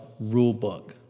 rulebook